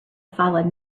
fallen